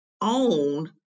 own